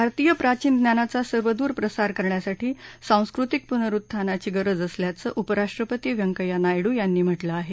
भारतीय प्राचीन ज्ञानाचा सर्वदूर प्रसार करण्यासाठी सांस्कृतिक पुनरुत्थानाची गरज असल्याचं उपराष्ट्रपती वेंकय्या नायडू यांनी म्हटलं आहे